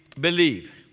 believe